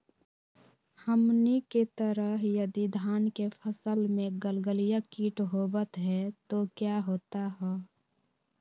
हमनी के तरह यदि धान के फसल में गलगलिया किट होबत है तो क्या होता ह?